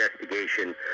investigation